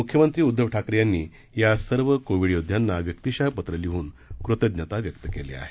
मुख्यमंत्री उद्धव ठाकरे यांनी या सर्व कोवि योद्धयांना व्यक्तिशः पत्र लिहन कृतज्ञता व्यक्त केली आहे